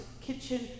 kitchen